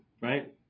right